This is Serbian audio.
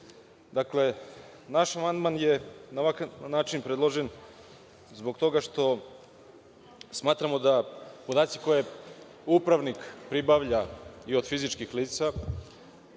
broj. Dakle, naš amandman je na ovakav način predložen, zbog toga što smatramo da podaci koje upravnik pribavlja i od fizičkih lica